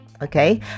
okay